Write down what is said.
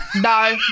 No